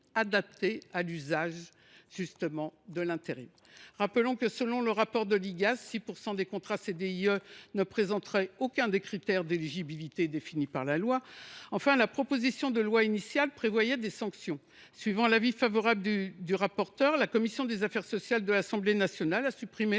adapté » à l’usage de l’intérim. Dans ce rapport, il est indiqué que 6 % des CDIE ne présenteraient aucun des critères d’éligibilité définis par la loi. Enfin, la proposition de loi initiale prévoyait des sanctions. Suivant l’avis favorable de son rapporteur, la commission des affaires sociales de l’Assemblée nationale a supprimé